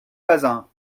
bazin